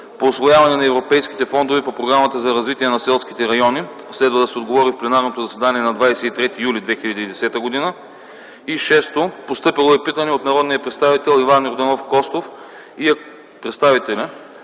по усвояване на европейските фондове по Програмата за развитие на селските райони. Следва да се отговори в пленарното заседание на 23 юли 2020 г.; - питане от народните представители Иван Йорданов Костов и Екатерина